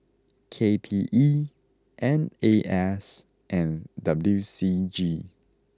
K P E N A S and W C G